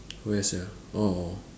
where sia orh orh